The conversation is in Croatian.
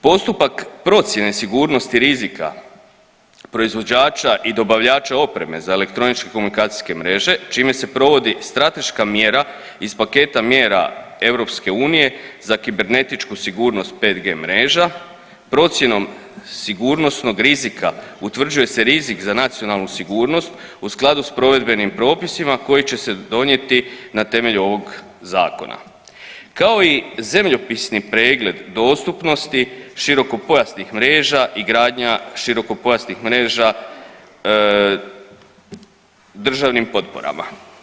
Postupak procjene sigurnosti rizika proizvođača i dobavljača opreme za elektroničke komunikacijske mreže čime se provodi strateška mjera iz paketa mjera EU za kibernetičku sigurnost 5G mreža, procjenom sigurnosnog rizika utvrđuje se rizik za nacionalnu sigurnost u skladu s provedbenim propisima koji će se donijeti na temelju ovog zakona, kao i zemljopisi pregled dostupnosti širokopojasnih mreža i gradnja širokopojasnih mreža državnim potporama.